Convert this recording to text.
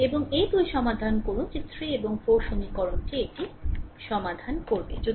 এবং এই দুটি সমাধান করুন যে 3 এবং 4 সমীকরণ এটি সমাধান করে